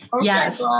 Yes